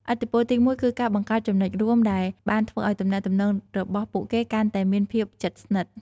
ឥទ្ធិពលទីមួយគឺការបង្កើតចំណុចរួមដែលបានធ្វើឲ្យទំនាក់ទំនងរបស់ពួកគេកាន់តែមានភាពជិតស្និទ្ធ។